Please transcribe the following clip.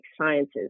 Sciences